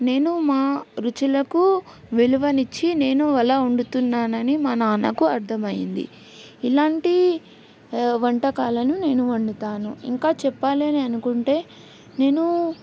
నేను మా రుచులకు విలువను ఇచ్చి నేను అలా వండుతున్నాను అని మా నాన్నకు అర్థమైంది ఇలాంటి వంటకాలను నేను వండుతాను ఇంకా చెప్పాలి అననుకుంటే నేను